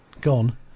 gone